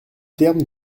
termes